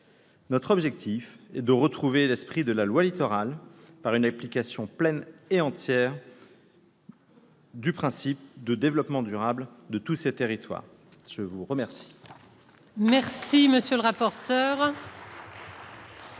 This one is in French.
Notre objectif est de retrouver l'esprit de la loi Littoral, par une application pleine et entière du principe de développement durable de tous ces territoires. La parole est à M. le rapporteur